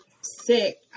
sick